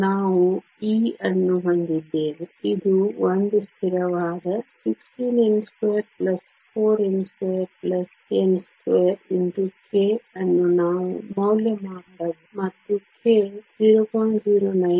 ನಾವು E ಅನ್ನು ಹೊಂದಿದ್ದೇವೆ ಇದು ಒಂದು ಸ್ಥಿರವಾದ 16 n24 n2n2 k ಅನ್ನು ನಾವು ಮೌಲ್ಯಮಾಪನ ಮಾಡಬಹುದು ಮತ್ತು k 0